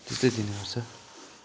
त्यस्तै दिने गर्छ